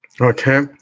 Okay